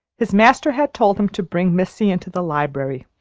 his master had told him to bring missy into the library.